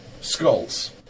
Skulls